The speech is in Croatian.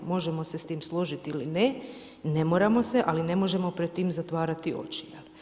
Možemo se s tim složiti ili ne, ne moramo se ali ne možemo pred tim zatvarati oči.